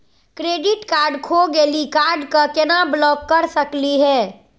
Credit card खो गैली, card क केना ब्लॉक कर सकली हे?